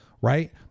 right